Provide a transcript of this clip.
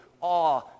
awe